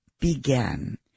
began